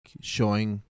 showing